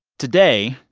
today,